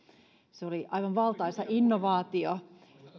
se oli aivan valtaisa innovaatio